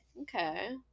okay